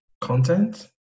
content